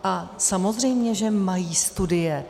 A samozřejmě že mají studie.